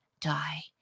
die